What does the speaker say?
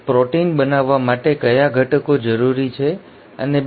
protein બનાવવા માટે કયા ઘટકો જરૂરી છે અને ૨